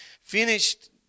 finished